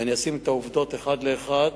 ואני אשים את העובדות אחת לאחת.